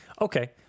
Okay